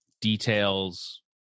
details